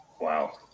Wow